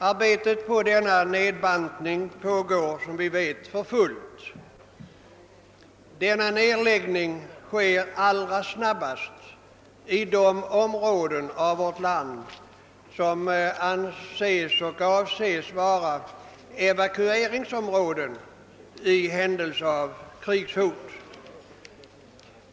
Arbetet på denna nedbantning pågår som bekant för fullt, och allra snabbast sker nedläggningen i de områden som avses vara evakueringsområden vid krigshot.